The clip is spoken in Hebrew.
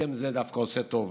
הסכם זה דווקא עושה טוב,